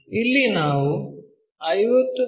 ಇಲ್ಲಿ ನಾವು 50 ಮಿ